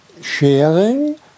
sharing